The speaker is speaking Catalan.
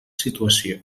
situació